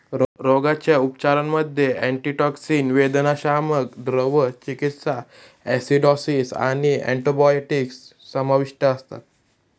रोगाच्या उपचारांमध्ये अँटीटॉक्सिन, वेदनाशामक, द्रव चिकित्सा, ॲसिडॉसिस आणि अँटिबायोटिक्स समाविष्ट असतात